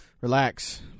Relax